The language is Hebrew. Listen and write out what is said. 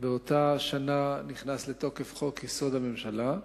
באותה שנה נכנס לתוקף חוק-יסוד: הממשלה,